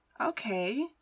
okay